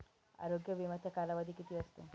आरोग्य विम्याचा कालावधी किती असतो?